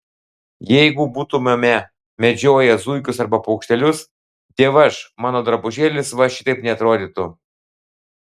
jeigu būtumėme medžioję zuikius arba paukštelius dievaž mano drabužėlis va šitaip neatrodytų